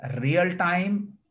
real-time